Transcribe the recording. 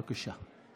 בבקשה.